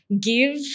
give